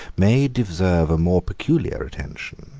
may deserve a more peculiar attention,